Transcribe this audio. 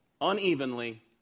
unevenly